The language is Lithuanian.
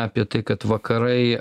apie tai kad vakarai